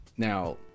Now